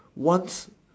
once